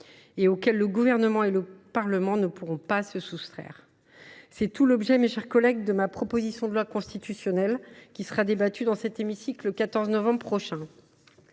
et auquel le Gouvernement et le Parlement ne pourront pas se soustraire. C’est tout l’objet de ma proposition de loi constitutionnelle, qui sera examinée dans cet hémicycle le 14 novembre prochain.